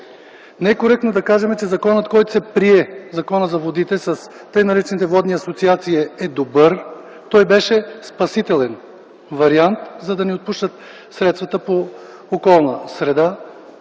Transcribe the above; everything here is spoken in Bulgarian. Не е коректно да кажем, че законът, който се прие – Законът за водите с тъй наречените водни асоциации, е добър. Той беше спасителен вариант, за да ни отпуснат средствата по „Околна среда”.